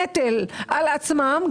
נטל על על עצמם,